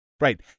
Right